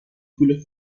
پول